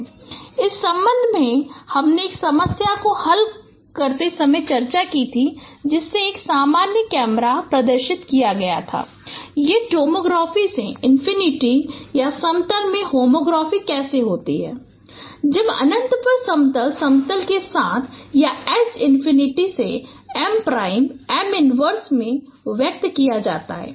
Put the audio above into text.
इस संबंध में हमने एक समस्या को हल करते समय चर्चा की थी जिसमें एक सामान्य कैमरा प्रदर्शन दिया गया था इस टोमोग्राफी में इन्फिनिटी या समतल में होमोग्राफी कैसे होती है जब अनंत पर समतल समतल के साथ या H इन्फिनिटी से M प्राइम M इन्वर्स से व्यक्त किया जाता है